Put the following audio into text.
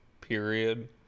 period